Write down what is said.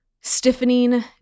stiffening